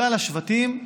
כלל השבטים,